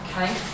okay